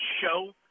show